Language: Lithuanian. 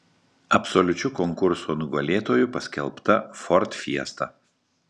absoliučiu konkurso nugalėtoju paskelbta ford fiesta